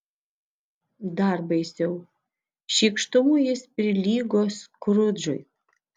dar baisiau šykštumu jis prilygo skrudžui